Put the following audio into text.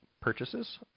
purchases